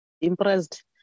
impressed